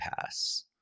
Pass